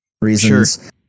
reasons